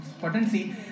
potency